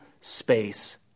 space